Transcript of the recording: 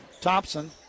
Thompson